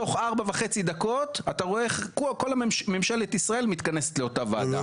תוך ארבע וחצי דקות אתה רואה איך כל ממשלת ישראל מתכנסת לאותה ועדה,